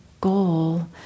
goal